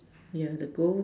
yeah the ghost